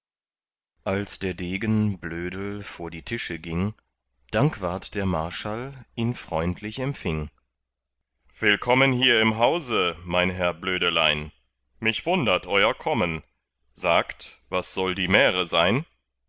als der degen blödel vor die tische ging dankwart der marschall ihn freundlich empfing willkommen hier im hause mein herr blödelein mich wundert euer kommen sagt was soll die märe sein